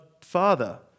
Father